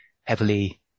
heavily